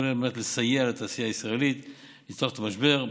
כל אלה על מנת לסייע לתעשייה הישראלית לצלוח את המשבר.